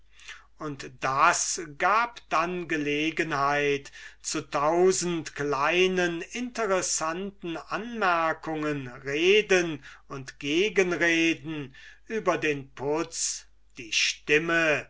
und das gab dann gelegenheit zu tausend kleinen interessanten anmerkungen reden und gegenreden über den putz die stimme